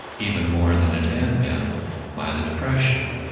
even more than it had been by the depression.